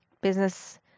business